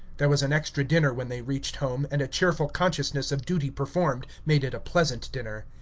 there was an extra dinner when they reached home, and a cheerful consciousness of duty performed made it a pleasant dinner.